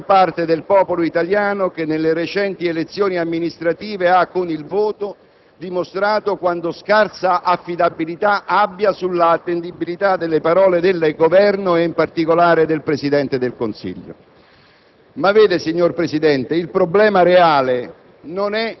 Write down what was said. ma perché oggettivamente siamo d'accordo con quella gran parte del popolo italiano che nelle recenti elezioni amministrative ha, con il voto, dimostrato quanta scarsa fiducia abbia nella attendibilità delle parole del Governo, e in particolare del Presidente del Consiglio.